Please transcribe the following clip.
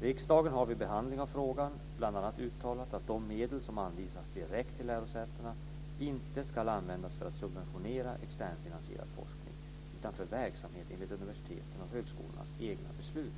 2000 01:98) bl.a. uttalat att de medel som anvisas direkt till lärosätena inte ska användas för att subventionera externfinansierad forskning, utan för verksamhet enligt universitetens och högskolornas egna beslut.